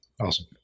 awesome